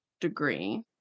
degree